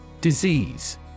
Disease